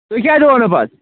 تُہۍ کیٛازِ ٲو نہٕ پَتہٕ